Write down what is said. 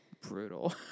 Brutal